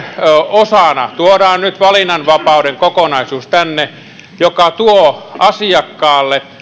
osana tänne tuodaan nyt valinnanvapauden kokonaisuus joka tuo asiakkaalle